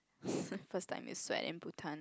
first time you sweat in Bhutan